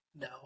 No